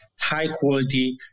high-quality